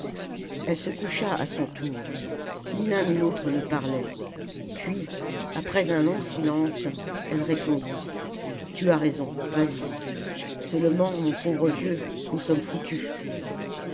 elle se coucha à son tour ni l'un ni l'autre ne parlait puis après un long silence elle répondit tu as raison vas-y seulement mon pauvre vieux nous sommes foutus